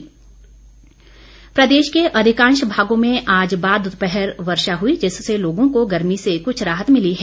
मौसम प्रदेश के अधिकांश भागों में आज बाद दोपहर वर्षा हुई जिससे लोगों को गर्मी से कुछ राहत मिली है